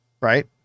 right